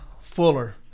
Fuller